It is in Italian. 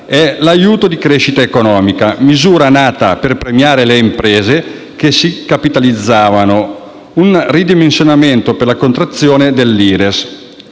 è l'Aiuto di crescita economica, misura nata per premiare le imprese che si capitalizzavano, un ridimensionamento per la contrazione dell'IRES.